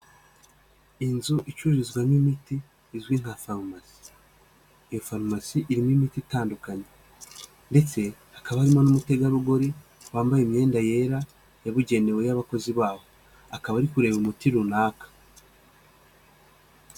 Inzu icururizwamo imiti izwi nka farumasi. Iyo farumasi irimo imiti itandukanye ndetse hakaba harimo n'umutegarugori wambaye imyenda yera yabugenewe y'abakozi babo akaba ari kureba umuti runaka.